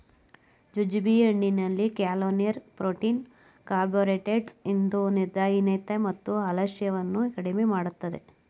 jujube ಹಣ್ಣಿನಲ್ಲಿ calorie, protein carbohydrates ಇದ್ದು ನಿದ್ರಾಹೀನತೆ ಮತ್ತು ಆಲಸ್ಯವನ್ನು ಕಡಿಮೆ ಮಾಡುತ್ತೆ